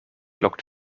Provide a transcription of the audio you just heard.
lockt